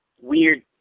weird